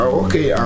okay